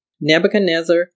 Nebuchadnezzar